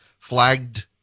flagged